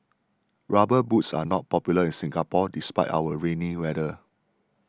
rubber boots are not popular in Singapore despite our rainy weather